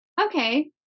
okay